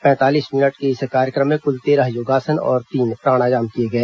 पैंतालीस मिनट के इस कार्यक्रम में कुल तेरह योगासन और तीन प्राणायाम किए गए